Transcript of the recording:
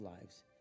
lives